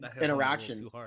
interaction